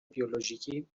بیولوژیکی